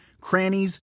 crannies